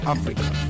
Africa